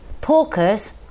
porkers